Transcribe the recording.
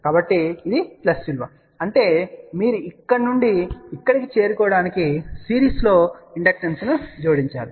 కాబట్టి మరియు ఇది ప్లస్ విలువ అంటే మీరు ఇక్కడ నుండి ఇక్కడికి చేరుకోవడానికి సిరీస్లో ఇండక్టెన్స్ను జోడించాలి